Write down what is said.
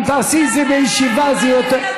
אם תעשי את זה בישיבה זה יהיה יותר,